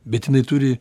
bet jinai turi